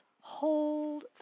hold